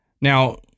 now